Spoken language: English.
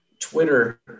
Twitter